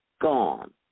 gone